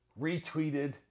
retweeted